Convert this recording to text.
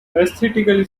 aesthetically